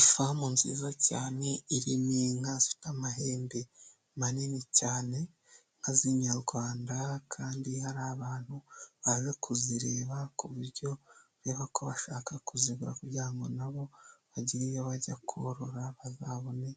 Ifamu nziza cyane irimo inka zifite amahembe manini cyane inka zininyarwanda kandi hari abantu baje kuzireba ku buryo ureba ko bashaka kuzigura kugira ngo nabo bagire iyo bajya koborora bazabone